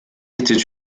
était